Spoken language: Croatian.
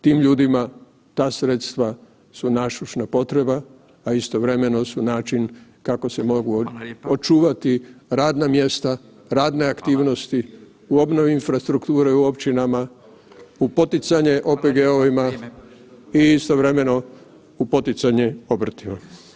Tim ljudima ta sredstva su nasušna potreba, a istovremeno su način kako se mogu očuvati radna mjesta, radne aktivnosti u obnovi infrastrukture u općinama, u poticanje OPG-ovima i istovremeno i u poticanje obrtima.